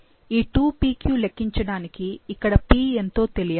ఈ 2pq లెక్కించడానికి ఇక్కడ p ఎంతో తెలియాలి